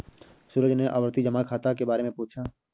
सूरज ने आवर्ती जमा खाता के बारे में पूछा